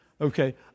Okay